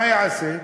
מה יעשה?